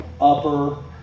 upper